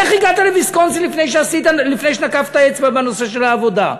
איך הגעת לוויסקונסין לפני שנקפת אצבע בנושא של העבודה?